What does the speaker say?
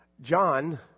John